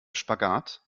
spagat